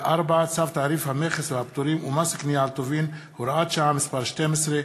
צו תעריף המכס והפטורים ומס קנייה על טובין (הוראת שעה מס' 12),